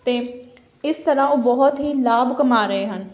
ਅਤੇ ਇਸ ਤਰ੍ਹਾਂ ਉਹ ਬਹੁਤ ਹੀ ਲਾਭ ਕਮਾ ਰਹੇ ਹਨ